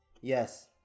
Yes